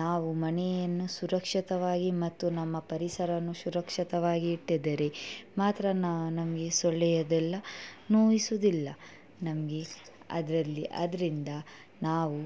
ನಾವು ಮನೆಯನ್ನು ಸುರಕ್ಷಿತವಾಗಿ ಮತ್ತು ನಮ್ಮ ಪರಿಸರವನ್ನು ಸುರಕ್ಷಿತವಾಗಿ ಇಟ್ಟಿದ್ದರೆ ಮಾತ್ರ ನಮಗೆ ಸೊಳ್ಳೆಯದೆಲ್ಲ ನೋಯಿಸುವುದಿಲ್ಲ ನಮಗೆ ಅದರಲ್ಲಿ ಅದರಿಂದ ನಾವು